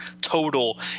total